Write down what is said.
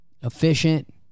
efficient